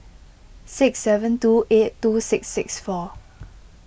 six seven two eight two six six four